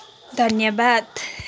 धन्यवाद